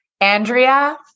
Andrea